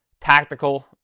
tactical